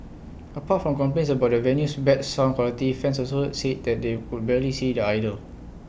apart from complaints about the venue's bad sound quality fans also said they could barely see their idol